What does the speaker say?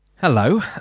Hello